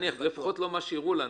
לפחות לפי מה שהראו לנו,